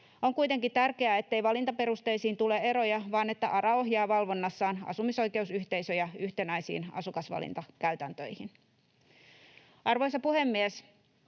On kuitenkin tärkeää, ettei valintaperusteisiin tule eroja vaan ARA ohjaa valvonnassaan asumisoikeusyhteisöjä yhtenäisiin asukasvalintakäytäntöihin. Arvoisa puhemies!